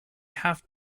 half